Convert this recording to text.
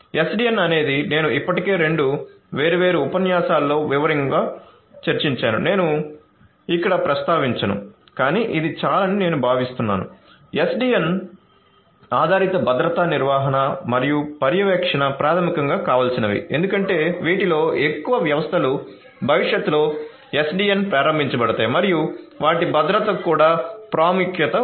SDN అనేది నేను ఇప్పటికే రెండు వేర్వేరు ఉపన్యాసాలలో వివరంగా చర్చించాను నేను ఇక్కడ ఇక్కడ ప్రస్తావించను కాని ఇది చాలని నేను భావిస్తున్నాను SDN ఆధారిత భద్రతా నిర్వహణ మరియు పర్యవేక్షణ ప్రాథమికంగా కావాల్సినవి ఎందుకంటే వీటిలో ఎక్కువ వ్యవస్థలు భవిష్యత్తులో SDN ప్రారంభించబడతాయి మరియు వాటి భద్రతకు కూడా ప్రాముఖ్యత ఉంది